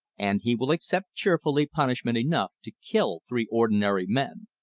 and he will accept cheerfully punishment enough to kill three ordinary men.